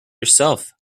yourself